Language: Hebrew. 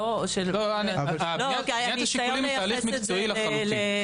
כי היה ניסיון לייחס את זה - מקצועי לחלוטין.